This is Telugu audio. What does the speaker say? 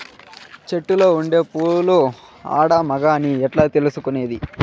చెట్టులో ఉండే పూలు ఆడ, మగ అని ఎట్లా తెలుసుకునేది?